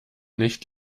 nicht